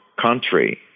country